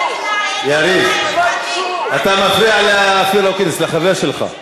יריב, אתה מפריע לאופיר אקוניס, לחבר שלך.